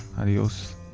adios